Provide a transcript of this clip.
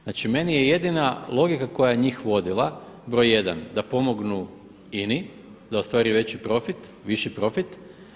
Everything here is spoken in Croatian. Znači, meni je jedina logika koja je njih vodila broj jedan da pomognu INA-i da ostvaruje veći profit, viši profit.